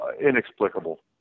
inexplicable